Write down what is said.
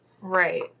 Right